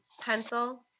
pencil